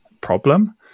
problem